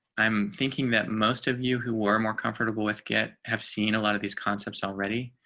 i'm thinking that most of you who were more comfortable with get have seen a lot of these concepts already